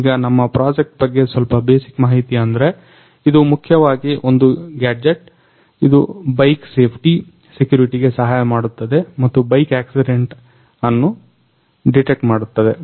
ಈಗ ನಮ್ಮ ಪ್ರಾಜೆಕ್ಟ್ ಬಗ್ಗೆ ಸ್ವಲ್ಪ ಬೇಸಿಕ್ ಮಾಹಿತಿ ಅಂದ್ರೆ ಇದು ಮುಖ್ಯವಾಗಿ ಒಂದು ಗ್ಯಾಡ್ಜೆಟ್ ಇದು ಬೈಕ್ ಸೇಫ್ಟಿ ಸೆಕ್ಯರಿಟಿಗೆ ಸಹಾಯಮಾಡುತ್ತದೆ ಮತ್ತು ಬೈಕ್ ಆಕ್ಸಿಡೆಂಟ್ ಅನ್ನು ಡಿಟೆಕ್ಟ್ ಮಾಡುತ್ತದೆ